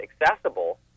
accessible